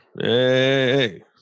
Hey